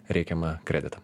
reikiamą kreditą